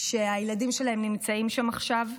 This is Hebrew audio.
שהילדים שלהם נמצאים שם עכשיו.